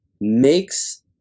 makes